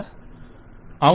client అవును